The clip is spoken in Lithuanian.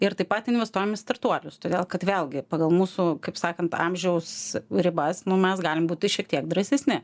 ir taip pat investuojam į startuolius todėl kad vėlgi pagal mūsų kaip sakant amžiaus ribas mes galim būti šiek tiek drąsesni